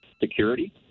security